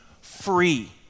free